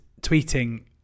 tweeting